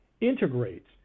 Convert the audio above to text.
integrates